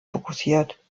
fokussiert